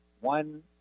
one